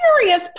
serious